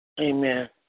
Amen